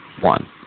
one